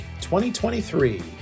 2023